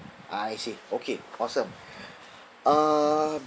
I see okay awesome uh